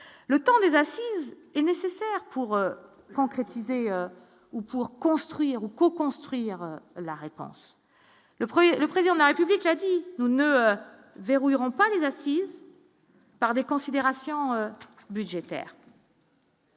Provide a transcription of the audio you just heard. le temps des assises est nécessaire. Pour concrétiser ou pour construire ou co-construire la réponse. Le 1er, le président de la République l'a dit, nous ne verrouille pas les assises. Par des considérations budgétaires.